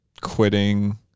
quitting